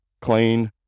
clean